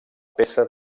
peça